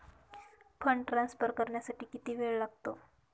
Fund transfer करण्यासाठी किती वेळ लागतो?